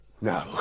No